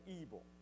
evil